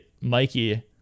Mikey